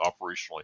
operationally